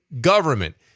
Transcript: government